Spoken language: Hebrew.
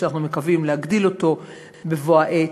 ואנחנו מקווים להגדיל אותו בבוא העת.